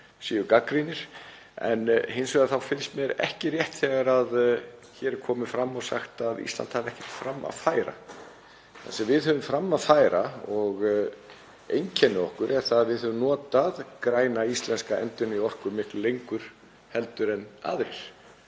séu gagnrýnir, en hins vegar finnst mér ekki rétt þegar hér er komið fram og sagt að Ísland hafi ekkert fram að færa. Það sem við höfum fram að færa og einkennir okkur er það að við höfum notað græna, íslenska, endurnýjanlega orku miklu lengur en aðrir